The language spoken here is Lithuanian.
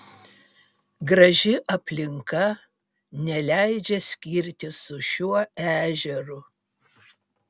graži aplinka neleidžia skirtis su šiuo ežeru